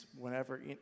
whenever